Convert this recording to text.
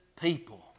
people